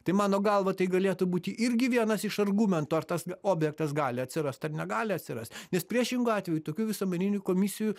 tai mano galva tai galėtų būti irgi vienas iš argumentų ar tas objektas gali atsirast ar negali atsirast nes priešingu atveju tokių visuomeninių komisijų